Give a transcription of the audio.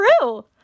true